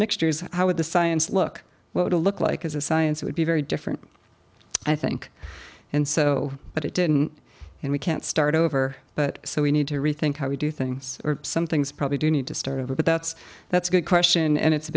mixtures how would the science look what would a look like as a science would be very different i think and so but it didn't and we can't start over but so we need to rethink how we do things or some things probably do need to start over but that's that's a good question and it's a